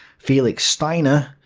felix steiner,